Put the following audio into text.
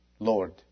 Lord